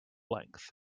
length